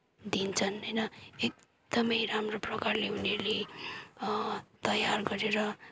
दिन्छन् होइन एकदमै राम्रो प्रकारले उनीहरूले तयार गरेर